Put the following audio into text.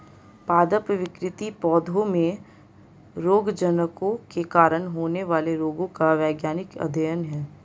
पादप विकृति पौधों में रोगजनकों के कारण होने वाले रोगों का वैज्ञानिक अध्ययन है